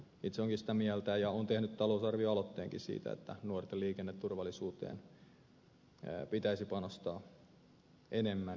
itse olenkin sitä mieltä ja olen tehnyt talousarvioaloitteenkin siitä että nuorten liikenneturvallisuuteen pitäisi panostaa enemmän